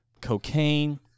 cocaine